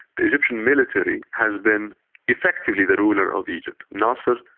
the egyptian military has been effectively the ruler of egypt. nasser,